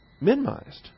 minimized